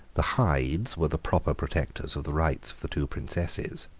the hydes were the proper protectors of the rights of the two princesses.